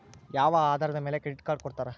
ಯಾವ ಆಧಾರದ ಮ್ಯಾಲೆ ಕ್ರೆಡಿಟ್ ಕಾರ್ಡ್ ಕೊಡ್ತಾರ?